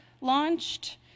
launched